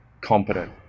competent